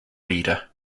leader